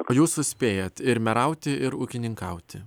o jūs suspėjat ir merauti ir ūkininkauti